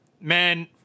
man